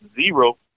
zero